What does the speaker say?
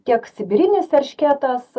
tiek sibirinis erškėtas